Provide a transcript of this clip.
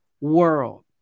world